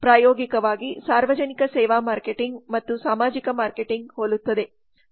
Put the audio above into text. ಪ್ರಾಯೋಗಿಕವಾಗಿ ಸಾರ್ವಜನಿಕ ಸೇವಾ ಮಾರ್ಕೆಟಿಂಗ್ ಮತ್ತು ಸಾಮಾಜಿಕ ಮಾರ್ಕೆಟಿಂಗ್ ಹೋಲುತ್ತವೆ